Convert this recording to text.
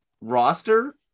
roster